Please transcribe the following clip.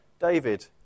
David